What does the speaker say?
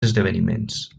esdeveniments